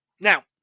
Now